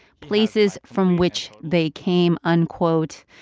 places from which they came, unquote.